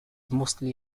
mostly